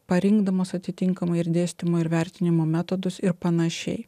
parinkdamos atitinkamai ir dėstymo ir vertinimo metodus ir panašiai